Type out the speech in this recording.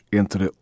entre